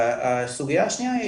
והסוגיה השנייה,